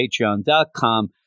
patreon.com